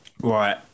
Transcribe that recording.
Right